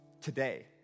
Today